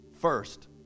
first